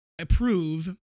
approve